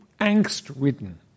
angst-ridden